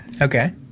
Okay